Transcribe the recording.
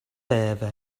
debe